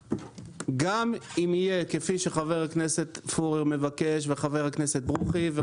גם אם יהיה כפי שחבר הכנסת פורר מבקש וחבר הכנסת ברוכי.